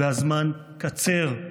והזמן קצר".